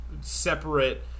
separate